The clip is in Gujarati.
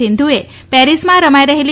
સિંધુએ પેરિસમાં રમાઇ રહેલી